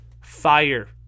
fire